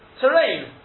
terrain